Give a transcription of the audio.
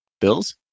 Bills